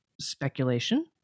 speculation